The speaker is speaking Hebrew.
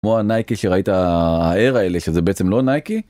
כמו נייקי שראית ה air האלה שזה בעצם לא נייקי.